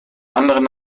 anderen